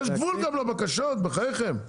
יש גבול גם לבקשות, בחייכם.